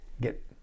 get